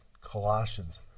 Colossians